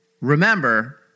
Remember